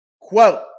Quote